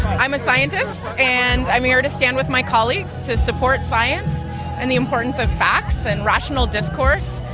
i'm a scientist, and i'm here to stand with my colleagues to support science and the importance of facts and rational discourse,